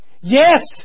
Yes